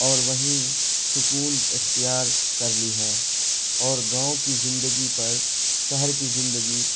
اور وہیں سکون اختیار کر لی ہیں اور گاؤں کی زندگی پر شہر کی زندگی